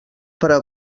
però